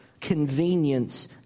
convenience